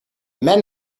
men